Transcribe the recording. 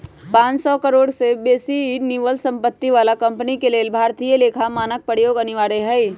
पांन सौ करोड़ से बेशी निवल सम्पत्ति बला कंपनी के लेल भारतीय लेखा मानक प्रयोग अनिवार्य हइ